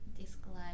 describe